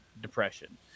depression